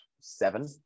seven